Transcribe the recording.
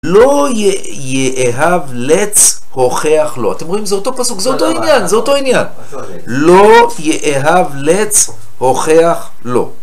לא יאהב לץ הוכח לו. אתם רואים? זה אותו פסוק, זה אותו עניין, זה אותו עניין. לא יאהב לץ הוכח לו.